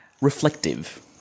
reflective